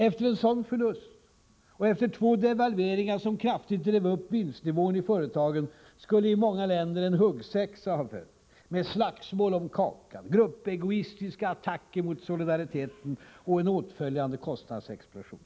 Efter en sådan förlust, och efter två devalveringar som kraftigt drev upp vinstnivån i företagen, skulle i många länder en huggsexa ha följt, med slagsmål om kakan, gruppegoistiska attacker mot solidariteten och åtföljande kostnadsexplosion.